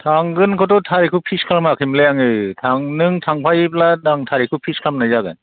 थांगोनखौथ' थारिगखौ फिख्स खालामाखैमोनलै आङो नों थांफायोब्ला आं थारिखखौ फिख्स खालामनाय जागोन